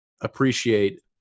appreciate